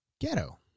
Ghetto